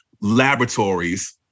laboratories